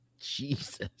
Jesus